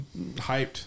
hyped